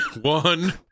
one